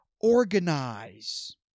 Organize